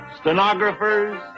stenographers